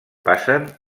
passen